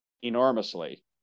enormously